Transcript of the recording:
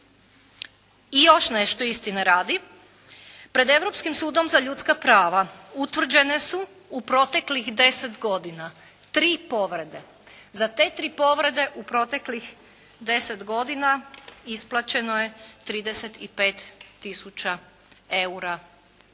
I još nešto istine radi. Pred Europskim sudom za ljudska prava utvrđene su u proteklih deset godina tri povrede. Za te tri povrede u proteklih deset godina isplaćeno je 35 tisuća